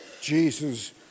Jesus